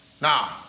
Now